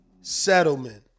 settlement